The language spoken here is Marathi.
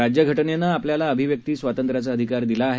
राज्य घटनेनं आपल्याला अभिव्यक्ती स्वातंत्र्याचा अधिकार दिला आहे